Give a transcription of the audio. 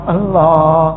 Allah